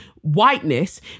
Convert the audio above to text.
whiteness